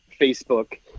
Facebook